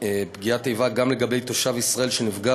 פגיעת איבה לגבי תושב ישראל שנפגע